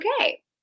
okay